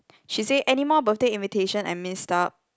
she say anymore birthday invitation I miss out